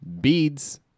beads